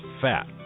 fat